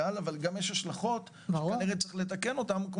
על אבל גם יש השלכות שכנראה צריך לתקן אותם,